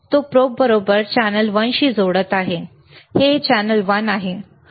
तो प्रोब बरोबर चॅनल वनशी जोडत आहे हे चॅनेल वन आहे बरोबर